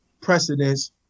precedence